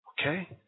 okay